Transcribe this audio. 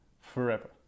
forever